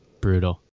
Brutal